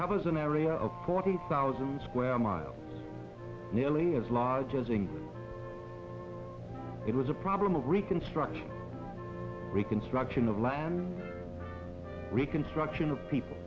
covers an area of thousand square miles nearly as large as it was a problem of reconstruction reconstruction of land reconstruction of people